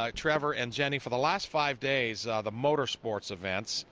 um trevor and jenny for the last five days, the motorsports events